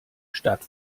statt